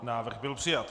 Návrh byl přijat.